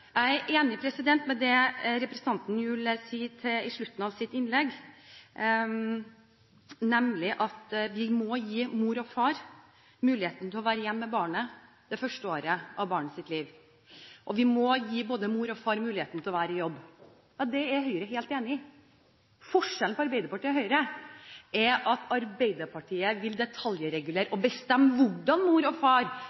Jeg er enig i det representanten Gjul sier i slutten av sitt innlegg, nemlig at vi må gi mor og far muligheten til å være hjemme med barnet det første året av barnets liv, og vi må gi både mor og far muligheten til å være i jobb. Det er Høyre helt enig i. Forskjellen på Arbeiderpartiet og Høyre er at Arbeiderpartiet vil detaljregulere